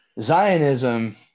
Zionism